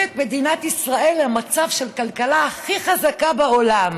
את מדינת ישראל למצב של הכלכלה הכי חזקה בעולם.